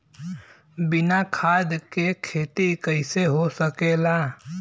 बिना खाद के खेती कइसे हो सकेला?